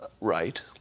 right